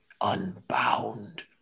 unbound